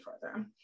further